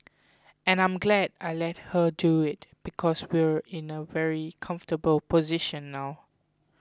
and I'm glad I let her do it because we're in a very comfortable position now